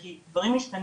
כי דברים משתנים.